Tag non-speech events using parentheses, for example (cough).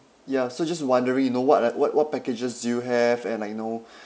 ya so just wondering you know what like what what packages do you have and like you know (breath)